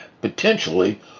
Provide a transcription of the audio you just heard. potentially